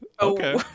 Okay